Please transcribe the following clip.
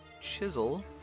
Chisel